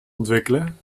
ontwikkelen